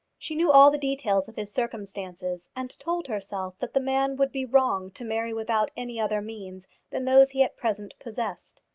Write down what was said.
she knew all the details of his circumstances, and told herself that the man would be wrong to marry without any other means than those he at present possessed.